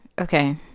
Okay